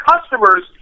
customers